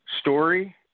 story